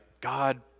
God